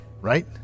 right